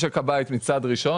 משק הבית הראשון,